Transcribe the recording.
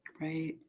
Right